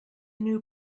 new